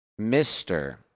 Mr